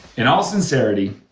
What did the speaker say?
in all sincerity,